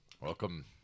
Welcome